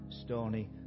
stony